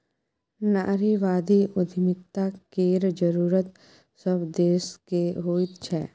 नारीवादी उद्यमिता केर जरूरत सभ देशकेँ होइत छै